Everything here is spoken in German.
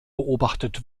beobachtet